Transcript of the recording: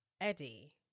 Eddie